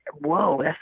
Whoa